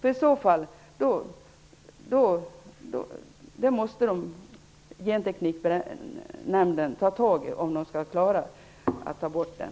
Om man skall klara att ta bort bestämmelsen måste Gentekniknämnden ha en sådan funktion.